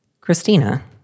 Christina